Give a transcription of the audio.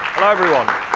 hello, everyone,